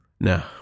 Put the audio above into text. No